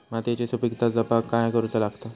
मातीयेची सुपीकता जपाक काय करूचा लागता?